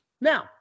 Now